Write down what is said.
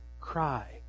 cry